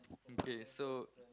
okay so